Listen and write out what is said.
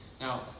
now